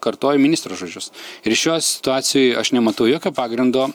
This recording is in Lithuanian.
kartoju ministro žodžius ir šioj situacijoj aš nematau jokio pagrindo